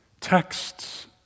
texts